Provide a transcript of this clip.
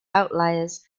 outliers